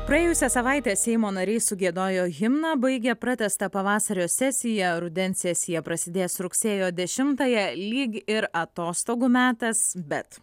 praėjusią savaitę seimo nariai sugiedojo himną baigė pratęstą pavasario sesiją rudens sesija prasidės rugsėjo dešimtąją lyg ir atostogų metas bet